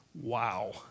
Wow